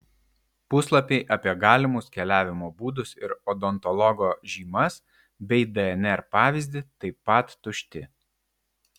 puslapiai apie galimus keliavimo būdus ir odontologo žymas bei dnr pavyzdį taip pat tušti